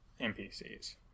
NPCs